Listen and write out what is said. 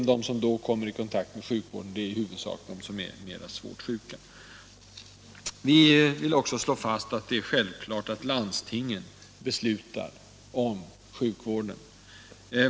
De patienter som då kommer i kontakt med sjukvården är huvudsakligen svårt sjuka. Vi vill också slå fast att det självfallet är landstingen som skall besluta om sjukvården.